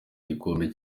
gikombe